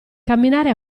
camminare